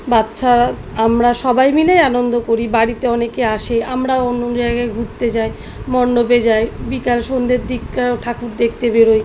বাচ্চা আমরা সবাই মিলেই আনন্দ করি বাড়িতে অনেকে আসে আমরাও অন্য জায়গায় ঘুরতে যাই মণ্ডপে যাই বিকাল সন্ধ্যের দিকটা ঠাকুর দেখতে বেরোই